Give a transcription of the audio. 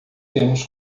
temos